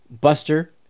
Buster